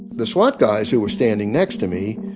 the swat guys, who were standing next to me,